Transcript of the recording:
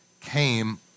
came